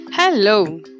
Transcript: Hello